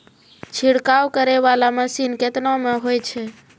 छिड़काव करै वाला मसीन केतना मे होय छै?